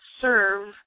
serve